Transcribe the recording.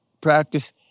practice